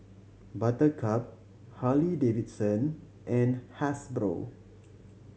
Buttercup Harley Davidson and Hasbro